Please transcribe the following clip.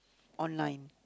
online